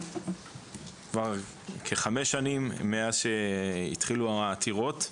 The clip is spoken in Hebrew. כחמש שנים מאז שהתחילו העתירות,